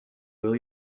will